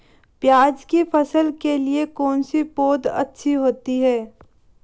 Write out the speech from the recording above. प्याज़ की फसल के लिए कौनसी पौद अच्छी होती है?